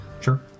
Sure